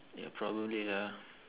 ya probably lah